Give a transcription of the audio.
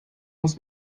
muss